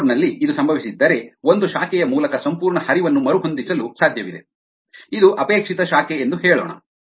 A node ನಲ್ಲಿ ಇದು ಸಂಭವಿಸಿದ್ದರೆ ಒಂದು ಶಾಖೆಯ ಮೂಲಕ ಸಂಪೂರ್ಣ ಹರಿವನ್ನು ಮರುಹೊಂದಿಸಲು ಸಾಧ್ಯವಿದೆ ಇದು ಅಪೇಕ್ಷಿತ ಶಾಖೆ ಎಂದು ಹೇಳೋಣ